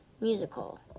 Musical